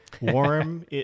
warm